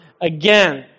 again